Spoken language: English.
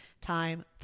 time